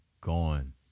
gone